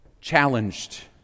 challenged